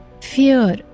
fear